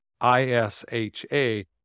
I-S-H-A